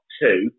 two